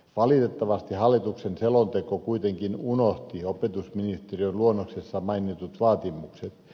valitettavasti hallituksen selonteko kuitenkin unohti opetusministeriön luonnoksessa mainitut vaatimukset